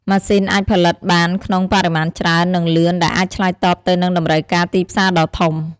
ម៉ាស៊ីនអាចផលិតបានក្នុង បរិមាណច្រើន និង លឿន ដែលអាចឆ្លើយតបទៅនឹងតម្រូវការទីផ្សារដ៏ធំ។